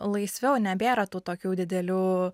laisviau nebėra tų tokių didelių